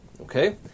Okay